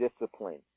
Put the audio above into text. discipline